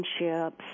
relationships